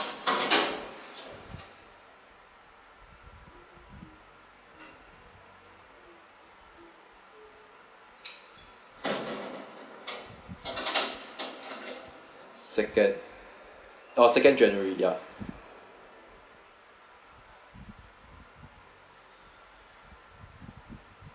second ah second january yeah